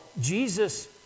Jesus